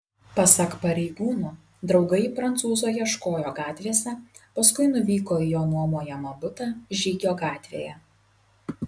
pasak pareigūnų draugai prancūzo ieškojo gatvėse paskui nuvyko į jo nuomojamą butą žygio gatvėje